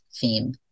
theme